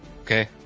Okay